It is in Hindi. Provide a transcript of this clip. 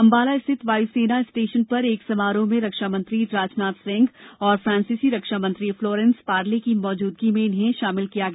अंबाला स्थित वायु सेना स्टेशन पर एक समारोह में रक्षा मंत्री राजनाथ सिंह और फ्रांसीसी रक्षा मंत्री फ्लोरेंस पार्ले की मौजूदगी में शामिल किया गया